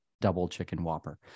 double-chicken-whopper